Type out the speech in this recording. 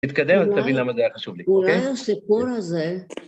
תתקדם ואתה תבין למה זה היה חשוב לי, אוקיי? אולי הסיפור הזה...